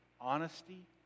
honesty